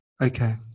Okay